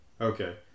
Okay